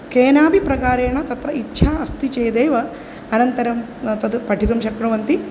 केनापि प्रकारेण तत्र इच्छा अस्ति चेदेव अनन्तरं तद् पठितुं शक्नुवन्ति